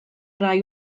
rai